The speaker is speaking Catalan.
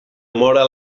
móra